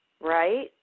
Right